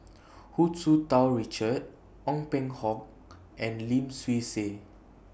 Hu Tsu Tau Richard Ong Peng Hock and Lim Swee Say